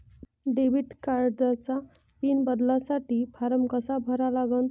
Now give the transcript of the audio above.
Debit कार्डचा pin बदलासाठी form कसा भरा लागन?